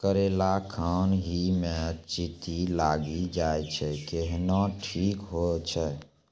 करेला खान ही मे चित्ती लागी जाए छै केहनो ठीक हो छ?